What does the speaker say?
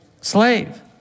slave